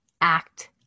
act